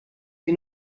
sie